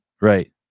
right